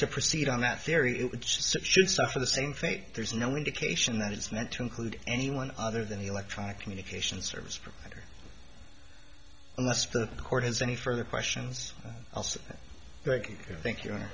to proceed on that theory it should suffer the same fate there's no indication that it's meant to include anyone other than the electronic communications service provider unless the court has any further questions greg thank you